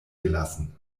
gelassen